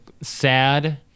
sad